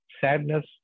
sadness